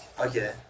Okay